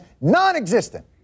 non-existent